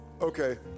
Okay